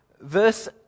Verse